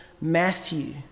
Matthew